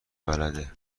بلده